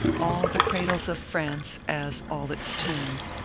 all the cradles of france, as all its tombs,